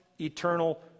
eternal